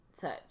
Touch